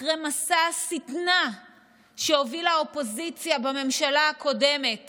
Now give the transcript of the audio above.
אחרי מסע השטנה שהובילה האופוזיציה בממשלה הקודמת